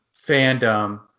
fandom